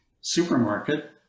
supermarket